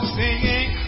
singing